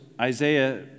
Isaiah